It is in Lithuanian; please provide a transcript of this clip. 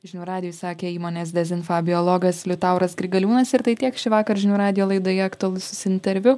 žinių radijui sakė įmonės dezinfa biologas liutauras grigaliūnas ir tai tiek šįvakar žinių radijo laidoje aktualusis interviu